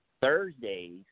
Thursdays